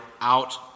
out